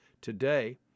today